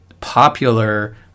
popular